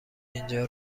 اینجا